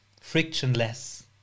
frictionless